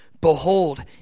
Behold